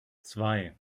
zwei